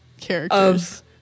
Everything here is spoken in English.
characters